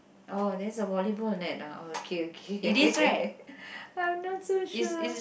oh there's a volleyball net ah okay okay I'm not so sure